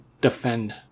defend